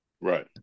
Right